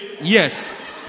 yes